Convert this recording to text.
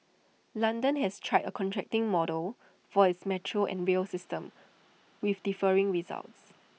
London has tried A contracting model for its metro and rail system with differing results